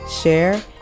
share